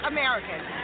Americans